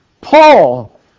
Paul